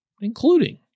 including